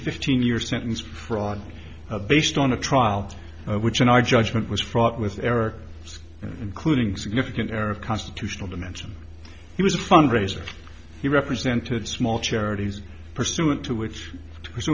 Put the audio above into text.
fifteen year sentence for on a based on a trial which in our judgment was fraught with error including significant error of constitutional dimension he was a fundraiser he represented small charities pursuant to which